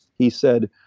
he said,